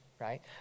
right